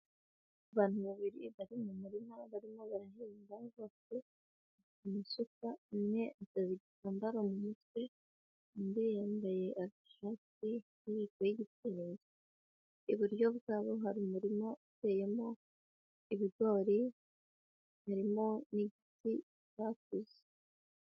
Abantu babiri bari mu murima barimo barahinga, bose bafite amasuka, umwe ateze igitambaro mu mutwe, undi yambaye agashati, n'ijipo y'igitenge, iburyo bwabo hari umurima uteyemo ibigori, harimo n'igiti cyakuze.